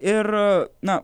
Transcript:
ir na